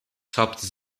topped